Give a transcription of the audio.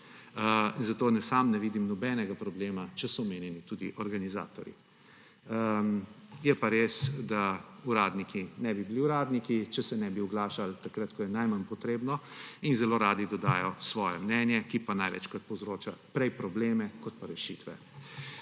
Zato sam ne vidim nobenega problema, če so omenjeni tudi organizatorji. Je pa res, da uradniki ne bi bili uradniki, če se ne bi oglašali takrat, ko je najmanj potrebno, in zelo radi dodajo svoje mnenje, ki pa največkrat prej povzroča probleme kot pa rešitve.